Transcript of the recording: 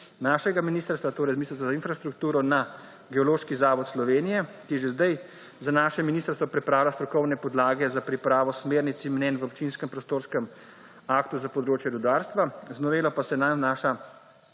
našega ministrstva, torej Ministrstva za infrastrukturo na Geološki zavod Slovenije, ki že zdaj za naše ministrstvo pripravlja strokovne podlage za pripravo smernic in mnenj v občinskem prostorskem aktu za področje rudarstva, z novelo pa se nanj vnaša